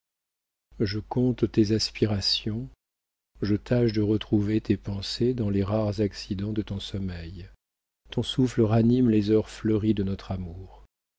je compte tes aspirations je tâche de retrouver tes pensées dans les rares accidents de ton sommeil ton souffle ranime les heures fleuries de notre amour